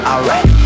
Alright